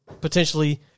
Potentially